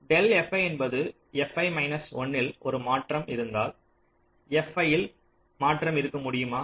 del fi என்பது fi minus 1 ல் ஒரு மாற்றம் இருந்தால் fi இல் மாற்றம் இருக்க முடியுமா